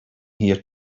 here